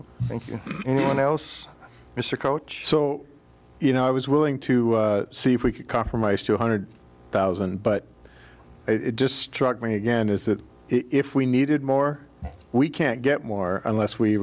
you anyone else mr coach so you know i was willing to see if we could compromise two hundred thousand but it just struck me again is that if we needed more we can't get more unless we